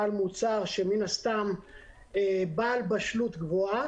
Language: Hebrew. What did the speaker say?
בעל מוצר שהוא בעל בשלות גבוהה,